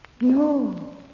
No